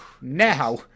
Now